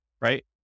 right